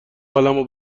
حالمو